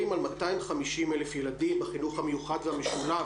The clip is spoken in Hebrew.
על 250 אלף ילדים בחינוך המיוחד והמשולב